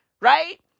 Right